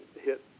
hit